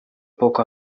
poco